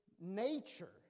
nature